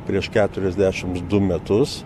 prieš keturiasdešim du metus